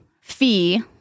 fee